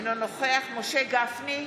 אינו נוכח משה גפני,